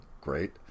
great